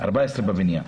14 בבנייה.